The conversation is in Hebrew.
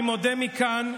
אני מודה מכאן,